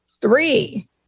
three